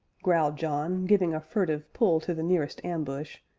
growled john, giving a furtive pull to the nearest ambush,